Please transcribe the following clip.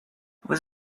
was